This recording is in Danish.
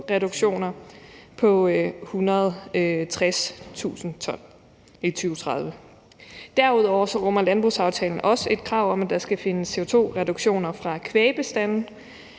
på 160.000 t i 2030. Derudover rummer landbrugsaftalen også et krav om, at der skal findes CO2-reduktioner fra kvægbestandene